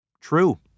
True